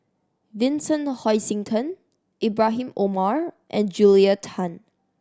Vincent Hoisington Ibrahim Omar and Julia Tan